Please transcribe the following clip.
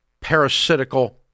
parasitical